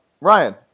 Ryan